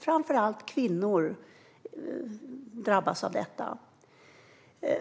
Framför allt kvinnor drabbas av detta.